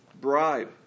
bribe